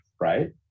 right